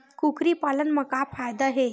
कुकरी पालन म का फ़ायदा हे?